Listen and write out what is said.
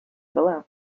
below